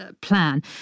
plan